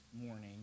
morning